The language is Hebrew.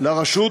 לרשות